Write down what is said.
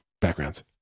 backgrounds